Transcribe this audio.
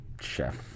chef